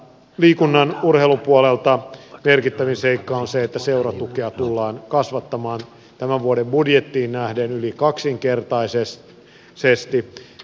liikunnan urheilupuolella merkittävin seikka on se että seuratukea tullaan kasvattamaan tämän vuoden budjettiin nähden yli kaksinkertaisesti